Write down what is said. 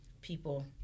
people